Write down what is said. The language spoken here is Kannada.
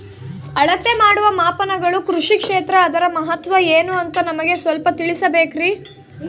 ಅಳತೆ ಮಾಡುವ ಮಾಪನಗಳು ಕೃಷಿ ಕ್ಷೇತ್ರ ಅದರ ಮಹತ್ವ ಏನು ಅಂತ ನಮಗೆ ಸ್ವಲ್ಪ ತಿಳಿಸಬೇಕ್ರಿ?